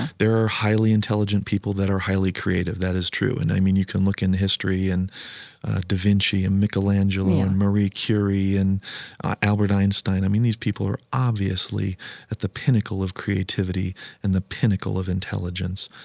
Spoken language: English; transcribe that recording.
there are highly intelligent people that are highly creative. that is true. and, i mean, you can look in the history and da vinci and michelangelo and marie curie and albert einstein. i mean, these people are obviously at the pinnacle of creativity and the pinnacle of intelligence,